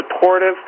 supportive